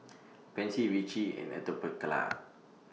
Pansy Vichy and Atopiclair